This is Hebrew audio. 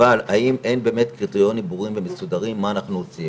אבל האם אין באמת קריטריונים ברורים ומסודרים מה אנחנו עושים.